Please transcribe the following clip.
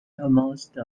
almost